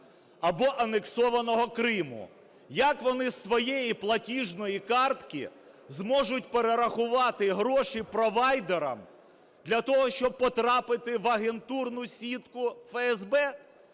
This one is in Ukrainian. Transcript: або анексованого Криму. Як вони зі своєї платіжної картки зможуть перерахувати гроші провайдерам для того, щоб потрапити в агентурну сітку ФСБ?